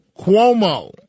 Cuomo